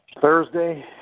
Thursday